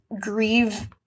grieve